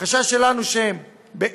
החשש שלנו הוא שבהיצף,